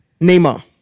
Neymar